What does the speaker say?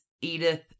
Edith